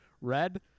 Red